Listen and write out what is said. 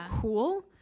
cool